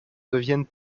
deviennent